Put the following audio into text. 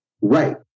Right